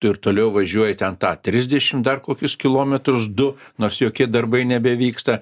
tu ir toliau važiuoji ten tą trisdešim dar kokius kilometrus du nors jokie darbai nebevyksta